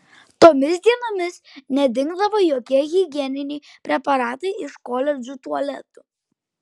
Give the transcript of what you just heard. tomis dienomis nedingdavo jokie higieniniai preparatai iš koledžo tualetų